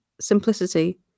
simplicity